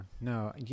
No